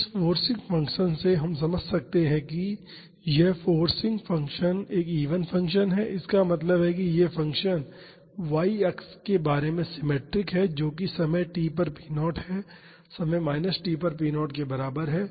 तो इस forcing function से हम समझ सकते हैं तो कि यह फोर्सिंग फंक्शन एक इवन फंक्शन है इसका मतलब है कि यह फ़ंक्शन y अक्ष के बारे में सिमेट्रिक है जो कि समय t पर p0 है समय माइनस t पर p0 के बराबर है